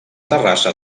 terrassa